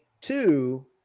two